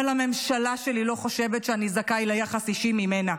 אבל הממשלה שלי לא חושבת שאני זכאי ליחס אישי ממנה,